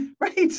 right